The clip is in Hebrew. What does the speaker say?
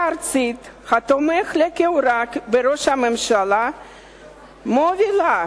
ארצית התומך לכאורה בראש הממשלה מובילה